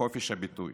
חופש הביטוי.